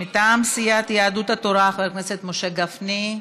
מטעם סיעת יהדות התורה, חבר הכנסת משה גפני.